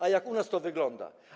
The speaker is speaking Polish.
A jak u nas to wygląda?